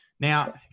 Now